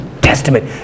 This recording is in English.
Testament